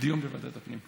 דיון בוועדת הפנים.